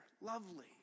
lovely